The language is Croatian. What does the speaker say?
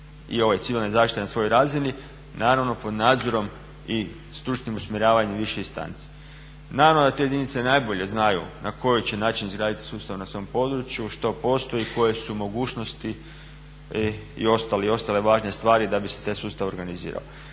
i ovaj civilne zaštite na svojoj razini, naravno pod nadzorom i stručnim usmjeravanjem više instance. Naravno da te jedinice najbolje znaju na koji će način izgraditi sustav na svom području, što postoji, koje su mogućnosti i ostale važne stvari da bi se taj sustav organizirao.